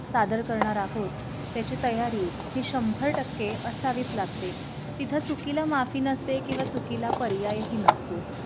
सादर करणार आहोत त्याची तयारी हे शंभर टक्के असावीच लागते तिथं चुकीला माफी नसते किंवा चुकीला पर्यायही नसतो